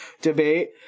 debate